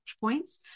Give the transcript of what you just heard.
points